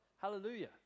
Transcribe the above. Hallelujah